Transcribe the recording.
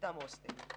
כשמרביתן היו הוסטלים.